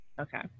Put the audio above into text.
Okay